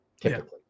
typically